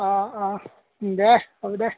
অঁ অঁ দে হ'ব দে